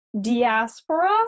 diaspora